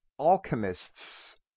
alchemists